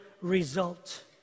result